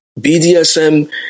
BDSM